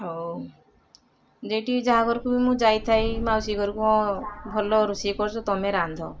ହଉ ଯେଇଟି ଯାହା ଘରକୁ ବି ମୁଁ ଯାଇଥାଇ ମାଉସୀ ଘରକୁ ହଁ ଭଲ ରୋଷେଇ କରୁଛ ତମେ ରାନ୍ଧ